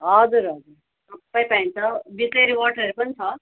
हजुर हजुर सबै पाइन्छ बिस्लेरी वाटरहरू पनि छ